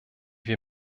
wir